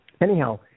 Anyhow